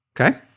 okay